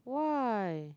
why